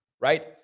Right